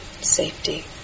Safety